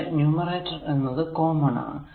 ഇവിടെ ന്യൂമറേറ്റർ എന്നത് കോമൺ ആണ്